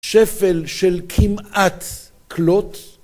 שפל של כמעט כלות.